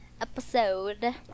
episode